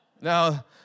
Now